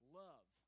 love